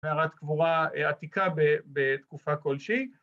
‫מערת קבורה עתיקה בתקופה כלשהי.